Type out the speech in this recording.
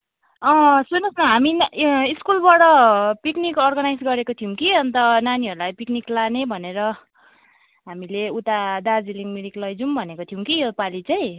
सुन्नुहोस् न हामी स्कुलबाट पिकनिक अर्गनाइज गरेको थियौँ कि अन्त नानीहरूलाई पिकनिक लाने भनेर हामीले उता दार्जिलिङ मिरिक लैजाउँ भनेको थियौँ कि यो पालि चाहिँ